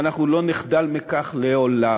ואנחנו לא נחדל מכך לעולם.